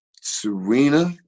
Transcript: Serena